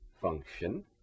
function